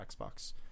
Xbox